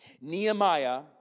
Nehemiah